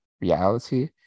reality